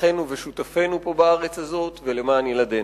אחינו ושותפינו פה, בארץ הזאת, ולמען ילדינו.